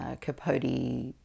Capote